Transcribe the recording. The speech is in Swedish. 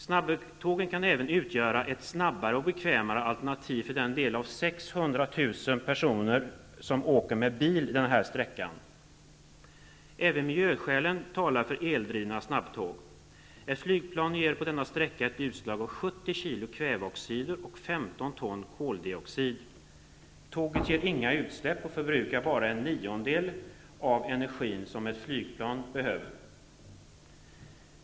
Snabbtågen kan även utgöra ett snabbare och bekvämare alternativ för de 600 000 personer som i dag åker sträckan med bil. Även miljöskälen talar för eldrivna snabbtåg. Ett flygplan ger på denna sträcka ett utsläpp på 70 kg kväveoxider och 15 ton koldioxid. Tåget ger inga utsläpp och förbrukar bara en niondel av den energi ett flygplan behöver.